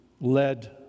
led